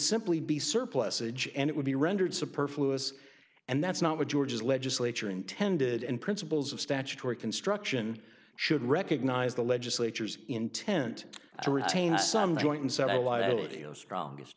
simply be surplusage and it would be rendered superfluous and that's not what george's legislature intended and principles of statutory construction should recognize the legislature's intent